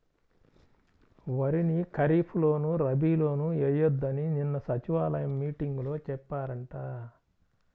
వరిని ఖరీప్ లోను, రబీ లోనూ ఎయ్యొద్దని నిన్న సచివాలయం మీటింగులో చెప్పారంట